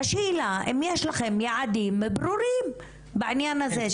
השאלה היא, האם יש לכם יעדים ברורים בעניין הזה?